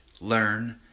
learn